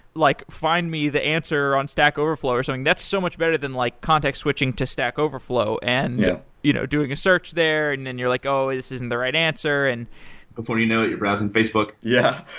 like find me the answer on stack overflow, or something. that's so much better than like contact switching to stack overflow and yeah you know doing a search there, and then you're like, oh. this isn't the right answer. and before you know it, you're browsing facebook. yeah.